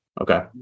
Okay